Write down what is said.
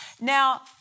Now